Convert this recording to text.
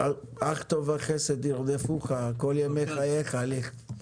אך טוב הכנסת ירדפוך כל ימי חייך, ליכט.